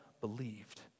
believed